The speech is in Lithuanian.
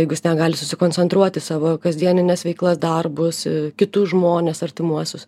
jeigu jis negali susikoncentruot į savo kasdienines veiklas darbus kitus žmones artimuosius